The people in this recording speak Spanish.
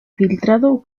filtrado